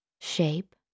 Shape